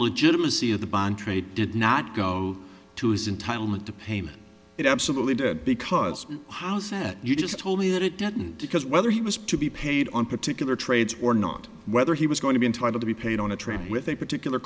legitimacy of the bond trade did not go to his entitle it to payment it absolutely did because how said you just told me that it didn't because whether he was to be paid on particular trades or not whether he was going to be entitled to be paid on a trip with a particular